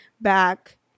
back